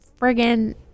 friggin